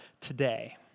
today